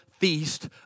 feast